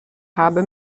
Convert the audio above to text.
habe